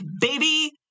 baby